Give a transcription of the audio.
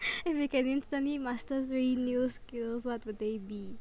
if you can instantly master three new skills what would they be